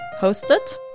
hosted